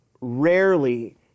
rarely